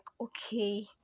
okay